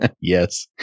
Yes